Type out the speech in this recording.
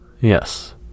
yes